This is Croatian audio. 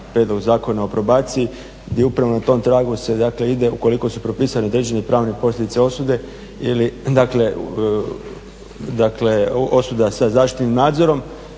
prijedlog Zakona o probaciji gdje upravo na tom tragu se dakle ide ukoliko su propisane određene pravne posljedice osude ili dakle osuda sa zaštitnim nadzorom